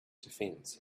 defends